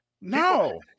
No